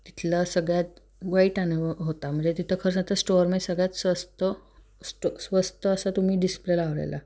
तिथला सगळ्यात वाईट अनुभव होता म्हणजे तिथं खरं तर स्टोअरमध्ये सगळ्यात स्वस्त स्वस्त असा तुम्ही डिस्प्ले लावलेला